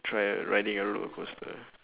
tried riding a roller coaster